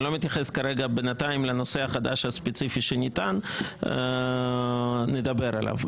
אני לא מתייחס כרגע בינתיים לנושא החדש הספציפי שנטען אבל נדבר גם עליו.